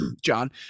John